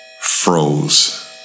froze